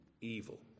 evil